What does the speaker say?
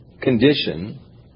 condition